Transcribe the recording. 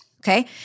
Okay